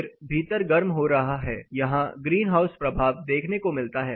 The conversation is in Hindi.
फिर भीतर गर्म हो रहा है यहां ग्रीन हाउस प्रभाव देखने को मिलता है